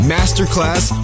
Masterclass